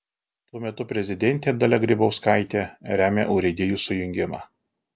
tuo metu prezidentė dalia grybauskaitė remia urėdijų sujungimą